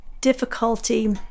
difficulty